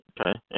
Okay